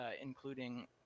including